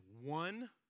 one